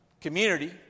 community